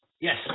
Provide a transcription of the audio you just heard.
Yes